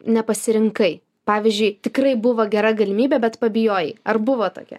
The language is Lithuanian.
nepasirinkai pavyzdžiui tikrai buvo gera galimybė bet pabijojai ar buvo tokia